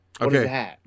okay